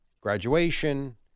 graduation